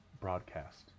broadcast